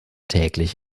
täglich